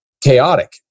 chaotic